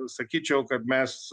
sakyčiau kad mes